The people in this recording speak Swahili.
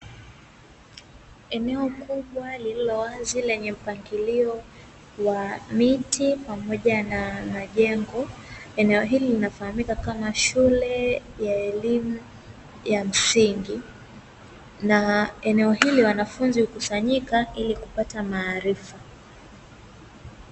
Eneo kubwa lililowazi lenye mpangilio wa miti pamoja na majengo, eneo hili linafahamika kama shule ya elimu ya msingi, na eneo hili wanafunzi hukusanyika ili kupata maarifa.